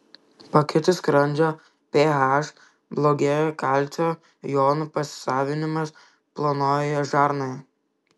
pakitus skrandžio ph blogėja kalcio jonų pasisavinimas plonojoje žarnoje